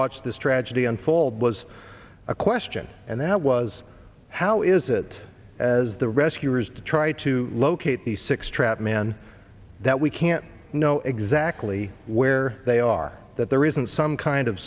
watched this tragedy unfold was a question and that was how is it as the rescuers to try to locate the six trapped men that we can't know exactly where they are that there isn't some kind of